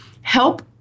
help